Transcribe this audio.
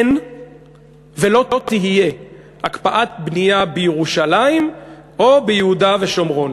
אין ולא תהיה הקפאת בנייה בירושלים או ביהודה ושומרון.